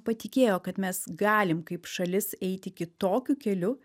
patikėjo kad mes galim kaip šalis eiti kitokiu keliu